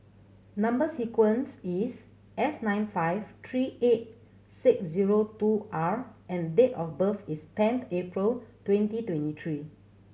number sequence is S nine five three eight six zero two R and date of birth is tenth April twenty twenty three